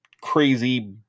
crazy